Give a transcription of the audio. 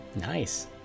Nice